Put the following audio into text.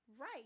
right